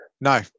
No